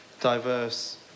diverse